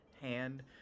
hand